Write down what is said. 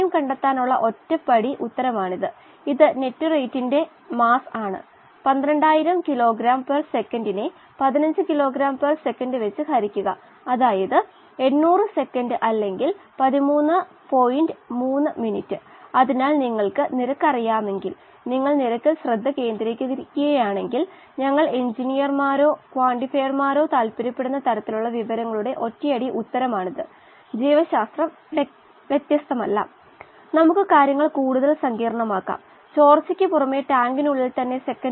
കൂടുന്നു ri rC അതിനാൽ Ri rC positive ആണ് അതിനാൽ DM ഈ സാഹചര്യത്തിൽ ഡിഒ ലയിച്ച ഓക്സിജൻ നില കൂടും ഇതരമാർഗ്ഗമെന്ന നിലയിൽ ഇൻപുട്ടിന്റെ നിരക്ക് കോശങ്ങളുടെ ഉപഭോഗനിരക്കിനേക്കാൾ കുറവാണെങ്കിൽ സമാഹരണം0 നേക്കാൾ കുറവാകുംഅപ്പോൾ DO കുറയാം കുറയുന്നു ഇൻപുട്ട് നിരക്ക് ഉപഭോഗത്തിന്റെ നിരക്കിന് തുല്യമാണെങ്കിൽ സമാഹരണ നിരക്ക് 0 ആണെങ്കിൽ DO ന്റെ വില മാറില്ല